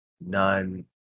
none